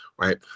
Right